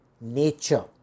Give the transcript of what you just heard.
nature